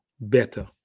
better